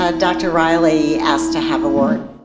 ah dr. riley asked to have a word.